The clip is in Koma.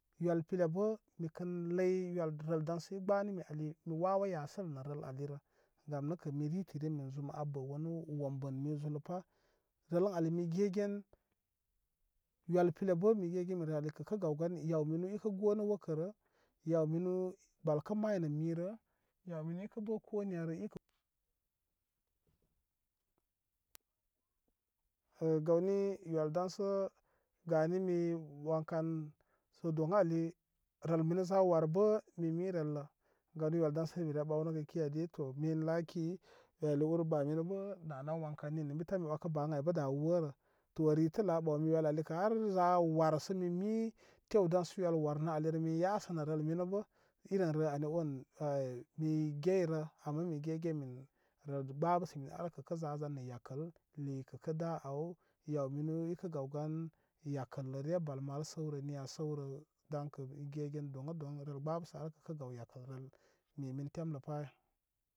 Yəl pilə bə mi kən ləy yəl rəl daŋsəl gbə nimi ali mi wawə yasənə nə rəl alirə gam nəkə mi ritə rin min zum an bə wanu wombəl mi zuləpə rəl ən ali mi gegen yəl pilə bə mi gegen min rəl alikə kə gaw gan yaw minu ikə gonə wəkərə yaw minu bal kə maynə mirə yaw mini ikə bə ko niyarə ikə gawni yəl daŋsə ganimi wan kan sə doya ali rəl minə za warbə mi mi rəllə gawni yəl daŋsə mire ɓawnəgə ki ay ni to min laki gəl ali ur ba mini bə nanan wankan ninni bi tan mi wəkə ba ən ay bə da worə to ritələ an ɓawmi yəl ali kə har za war sə mi mi tew dansə yəl warnə alirə min yasə nə rəl minəbə irin rəl ani on ai mi geyrə ama mi ge gen min rə gbəbəsi mi ar kə ka za zan nə yakəl likə kə da aw yaw minu ikə gaw gan yakələre bal mal səwrə daŋkə ige gen doŋ adoŋ rəl gbəbəsə al kə kə gaw nin yakəl rəl mi min temlə pa.